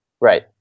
Right